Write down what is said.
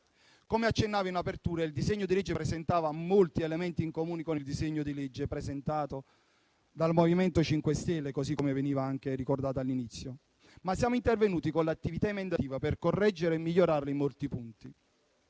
Come accennavo in apertura, il disegno di legge aveva molti elementi in comune con il disegno di legge presentato dal MoVimento 5 Stelle, così come veniva anche ricordato all'inizio, ma siamo intervenuti con l'attività emendativa per correggerlo e migliorarlo in molti punti.